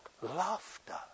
laughter